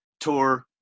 tour